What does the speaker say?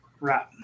Right